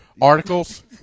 Articles